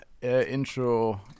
intro